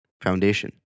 foundation